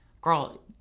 Girl